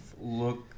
look